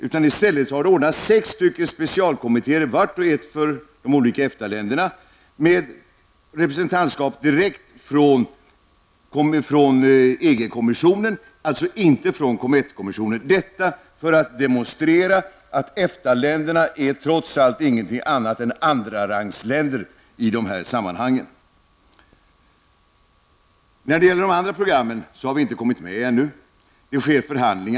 I stället har det ordnats sex specialkommitteér för de olika EFTA kommissionen, alltså inte från Comettkommissionen, detta för att demonstrera att EFTA-länderna trots allt bara är länder av andra rang i det här sammanhangen. När det gäller de andra programmen har vi ännu inte kommit med. Förhandlingar är på gång.